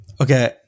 Okay